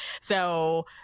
So-